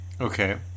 Okay